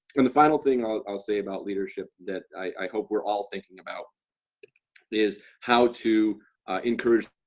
and the final thing i'll i'll say about leadership that i hope we're all thinking about is how to encourage